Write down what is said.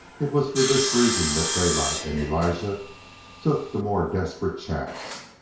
it was for this reason that daylight and elijah took the more desperate chance.